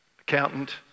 accountant